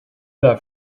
that